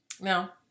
Now